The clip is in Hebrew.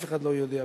אף אחד לא יודע.